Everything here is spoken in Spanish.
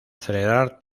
acelerar